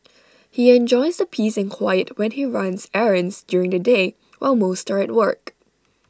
he enjoys the peace and quiet when he runs errands during the day while most are at work